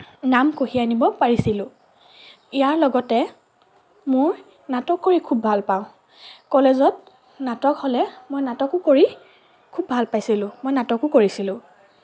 নাম কঢ়িয়াই আনিব পাৰিছিলোঁ ইয়াৰ লগতে মই নাটক কৰি খুব ভাল পাওঁ কলেজত নাটক হ'লে মই নাটকো কৰি খুব ভাল পাইছিলোঁ মই নাটকো কৰিছিলোঁ